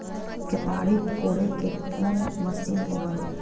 केताड़ी कोड़े के कोन मशीन होब हइ?